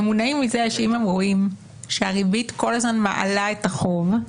הם מונעים מזה שאם הם רואים שהריבית כל הזמן מעלה את החוב,